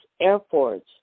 airports